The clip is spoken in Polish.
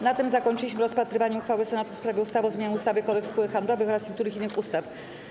Na tym zakończyliśmy rozpatrywanie uchwały Senatu w sprawie ustawy o zmianie ustawy - Kodeks spółek handlowych oraz niektórych innych ustaw.